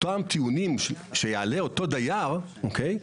אותם טיעונים שיעלה אותו דייר, אוקיי?